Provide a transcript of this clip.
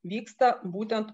vyksta būtent